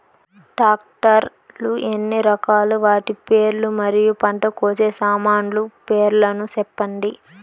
Tractor లు ఎన్ని రకాలు? వాటి పేర్లు మరియు పంట కోసే సామాన్లు పేర్లను సెప్పండి?